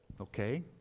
Okay